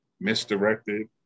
misdirected